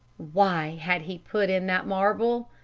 why had he put in that marble?